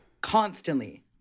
constantly